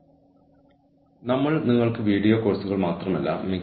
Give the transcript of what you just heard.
കൂടാതെ ഇത് ഷുലറും ജാക്സണും എഴുതിയ ഒരു സെമിനാർ പേപ്പറിനെ അടിസ്ഥാനമാക്കിയുള്ളതാണ്